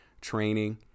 training